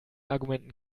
argumenten